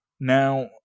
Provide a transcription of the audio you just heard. Now